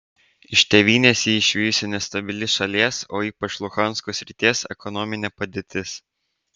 iš tėvynės jį išvijusi nestabili šalies o ypač luhansko srities ekonominė padėtis